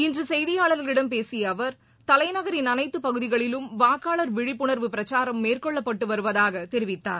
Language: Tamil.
இன்று செய்தியாளர்களிடம் பேசிய அவர் தலைநகரின் அனைத்துப் பகுதிகளிலும் வாக்காளர் விழிப்புணர்வு பிரச்சாரம் மேற்கொள்ளப்பட்டு வருவதாக தெரிவித்தார்